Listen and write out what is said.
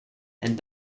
and